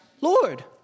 Lord